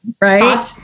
right